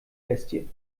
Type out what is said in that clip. bestie